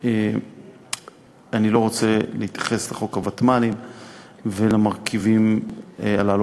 ואני לא רוצה להתייחס לחוק הוותמ"לים ולמרכיבים הללו,